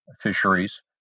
fisheries